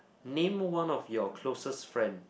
name one of your closest friend